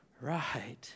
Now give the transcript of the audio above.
Right